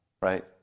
right